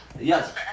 Yes